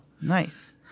Nice